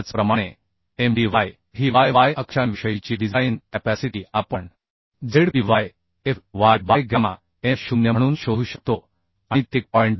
त्याचप्रमाणे M d y ही y y अक्षांविषयीची डिझाइन कॅपॅसिटी आपण z p y f y by gamma M 0 म्हणून शोधू शकतो आणि ती 1